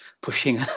pushing